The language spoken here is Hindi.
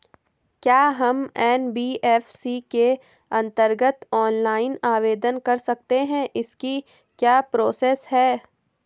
क्या हम एन.बी.एफ.सी के अन्तर्गत ऑनलाइन आवेदन कर सकते हैं इसकी क्या प्रोसेस है?